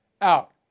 out